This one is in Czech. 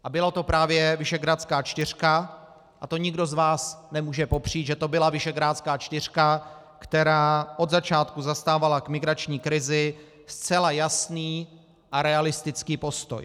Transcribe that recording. A byla to právě visegrádská čtyřka a to nikdo z vás nemůže popřít, že to byla visegrádská čtyřka, která od začátku zastávala k migrační krizi zcela jasný a realistický postoj.